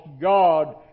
God